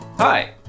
Hi